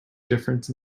difference